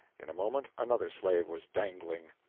in a moment another slave was dangling.